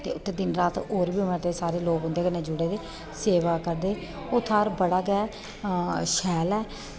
ते उत्थै दिन रात होर बी मते सारे लोक उं'दे कन्नै जुड़े दे सेवा करदे ओह् थाह्र बड़ा गै शैल ऐ